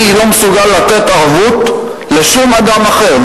אני לא מסוגל לתת ערבות לשום אדם אחר,